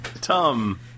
Tom